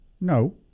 No